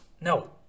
No